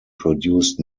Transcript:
produced